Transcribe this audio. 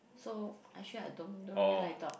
so actually I don't don't really like dog